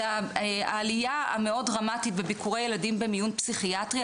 זה העלייה המאוד דרמטית בביקורי ילדים במיון פסיכיאטריה,